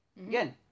Again